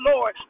Lord